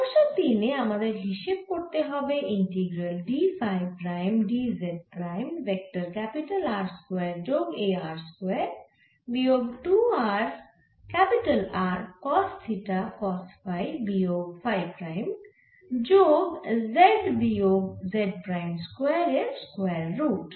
সমস্যা তিনে আমাদের হিসেব করতে হবে integral d phi prime d z prime vector R square যোগ এই r স্কয়ার বিয়োগ 2 r capital R cos theta cos phi বিয়োগ ফাই প্রাইম যোগ z বিয়োগ z প্রাইম স্কয়ার এর স্কয়ার রুট